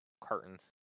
cartons